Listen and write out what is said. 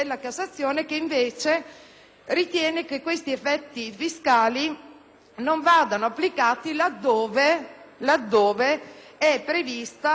non vadano applicati laddove è prevista la determinazione di una rendita catastale.